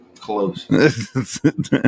Close